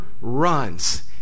runs